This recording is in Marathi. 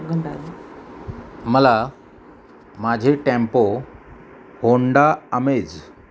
मला माझे टॅम्पो होंडा आमेझ चोरीला गेल्याचे नोंदवयाचे आहे आणि नोंदणी क्रमांकाचे शेवटचे चार अंक चार तीन नऊ सहा आहेत मी त्याचा अहवाल परिवहन सेवेवर कसा देऊ शकतो